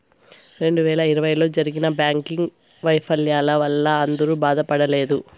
రెండు వేల ఇరవైలో జరిగిన బ్యాంకింగ్ వైఫల్యాల వల్ల అందరూ బాధపడలేదు